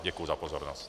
Děkuji za pozornost.